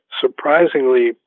surprisingly